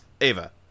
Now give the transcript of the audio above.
Ava